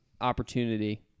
opportunity